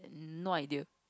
no idea